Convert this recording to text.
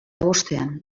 bostean